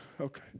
Okay